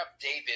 David